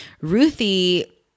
Ruthie